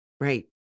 Right